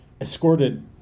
escorted